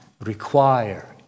require